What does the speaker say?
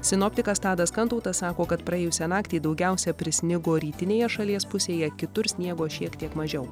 sinoptikas tadas kantautas sako kad praėjusią naktį daugiausia prisnigo rytinėje šalies pusėje kitur sniego šiek tiek mažiau